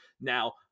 Now